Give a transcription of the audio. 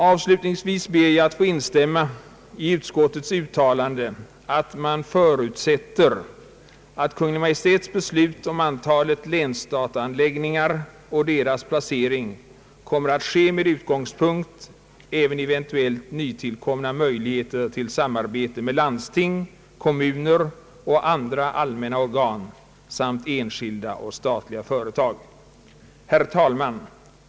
Avslutningsvis ber jag att få instämma i utskottets uttalande att man förutsätter att Kungl. Maj:ts beslut om antalet länsdataanläggningar och deras placering kommer att ske med utgångspunkt även i eventuellt nytillkomna möjligheter till samarbete med landsting, kommuner och andra allmänna Herr talman!